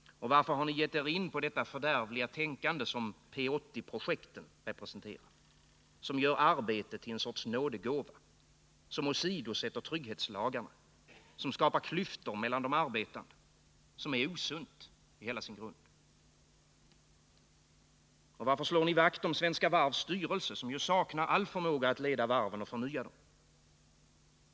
Varför har ni gett er in på detta fördärvliga tänkande som P 80-projektet representerar? Projektet gör ju arbete till en sorts nådegåva, åsidosätter trygghetslagarna, skapar klyftor mellan de arbetande och är osunt i hela sin grund. Varför slår ni vakt om Svenska Varvs styrelse, som ju saknar all förmåga att leda varven och förnya dem?